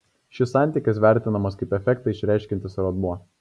šis santykis vertinamas kaip efektą išreiškiantis rodmuo